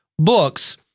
Books